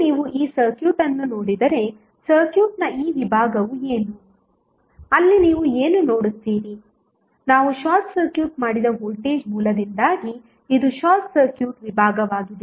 ಈಗ ನೀವು ಈ ಸರ್ಕ್ಯೂಟ್ ಅನ್ನು ನೋಡಿದರೆ ಸರ್ಕ್ಯೂಟ್ನ ಈ ವಿಭಾಗವು ಏನು ಅಲ್ಲಿ ನೀವು ಏನು ನೋಡುತ್ತೀರಿ ನಾವು ಶಾರ್ಟ್ ಸರ್ಕ್ಯೂಟ್ ಮಾಡಿದ ವೋಲ್ಟೇಜ್ ಮೂಲದಿಂದಾಗಿ ಇದು ಶಾರ್ಟ್ ಸರ್ಕ್ಯೂಟ್ ವಿಭಾಗವಾಗಿದೆ